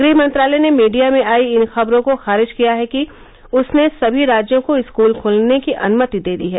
गृह मंत्रालय ने मीडिया में आई इन खबरों को खारिज कर दिया है कि उसने समी राज्यों को स्कल खोलने की अनुमति दे दी है